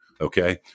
Okay